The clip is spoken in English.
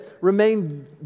remain